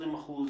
20%